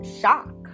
shock